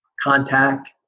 contact